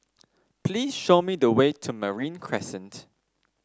please show me the way to Marine Crescent